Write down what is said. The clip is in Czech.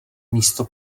místo